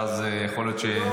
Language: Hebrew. ואז יכול להיות שתקבל תשובה.